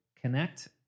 connect